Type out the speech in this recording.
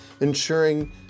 ensuring